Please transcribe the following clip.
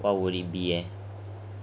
what would it be eh